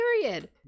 Period